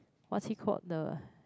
what's it call the